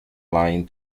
line